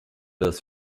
das